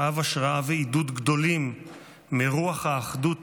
שאב השראה ועידוד גדולים מרוח האחדות